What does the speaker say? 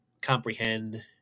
comprehend